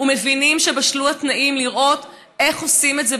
ומבינים שבשלו התנאים לראות איך עושים את זה,